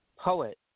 poet